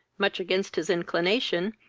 much against his inclination,